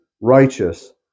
righteous